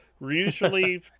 Usually